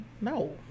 No